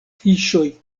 fiŝoj